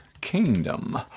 Kingdom